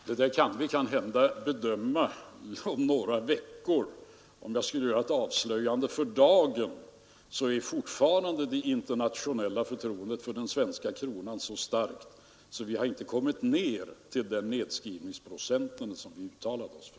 Fru talman! Det där kan vi kanske bedöma om några veckor. Men om jag skall göra ett avslöjande för dagen, så blir det att fortfarande är det internationella förtroendet för den svenska kronan så starkt att vi inte har kommit ner till den nedskrivningsprocent som vi uttalade oss för.